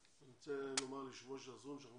אני רוצה לומר ליושב ראש הסוכנות שאנחנו